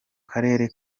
karere